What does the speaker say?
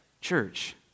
Church